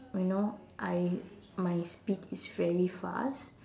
you now I my speed is very fast